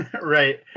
right